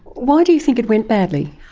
why do you think it went badly?